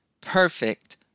perfect